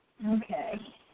Okay